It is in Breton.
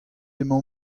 emañ